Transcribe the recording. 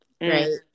Right